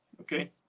okay